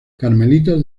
carmelitas